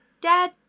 dad